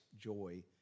joy